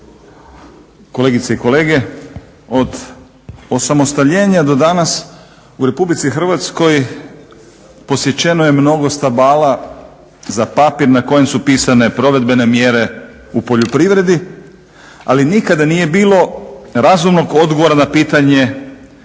kolegice i kolege. Od osamostaljena do dana s u RH posjećeno je mnogo stabala za papir na kojem su pisane provedbene mjere u poljoprivredi ali nikada nije bilo razumnog odgovora na pitanje